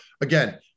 again